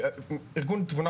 ארגון "תבונה",